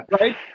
right